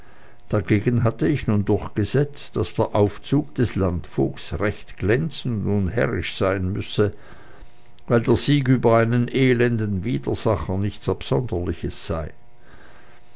dagegen hatte ich nun durchgesetzt daß der aufzug des landvogts recht glänzend und herrisch sein müsse weil der sieg über einen elenden widersacher nichts absonderliches sei